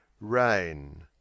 Rain